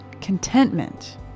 Contentment